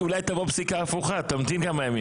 אולי תבוא פסיקה הפוכה, תמתין כמה ימים.